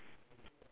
(uh huh)